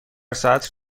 ساعت